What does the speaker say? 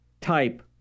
type